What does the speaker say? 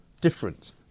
different